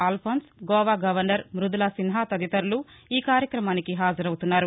Alphons Goa governor Mridula Sinha తదితరులు ఈ కార్యక్రమానికి హాజరవుతారు